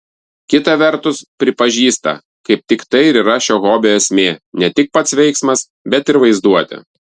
kita vertus pripažįsta kaip tik tai ir yra šio hobio esmė ne tik pats veiksmas bet ir vaizduotė